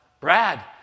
Brad